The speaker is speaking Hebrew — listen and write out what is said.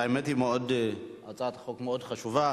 האמת, הצעת חוק מאוד חשובה.